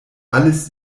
alles